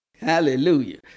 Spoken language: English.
Hallelujah